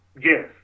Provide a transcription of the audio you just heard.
yes